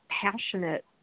passionate